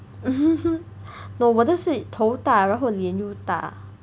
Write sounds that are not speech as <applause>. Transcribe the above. <laughs> no 我的是头大然后脸又大